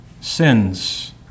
sins